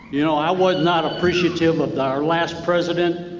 you know, i was not appreciative of our last president,